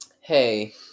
hey